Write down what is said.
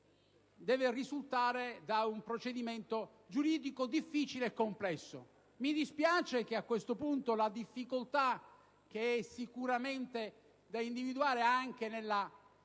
deve risultare da un procedimento giuridico difficile e complesso. Mi dispiace che a questo punto la difficoltà, che ha sicuramente riflessi anche sulla